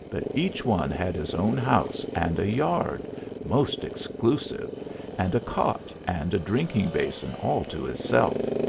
but each one had his own house and a yard most exclusive and a cot and a drinking-basin all to hisself.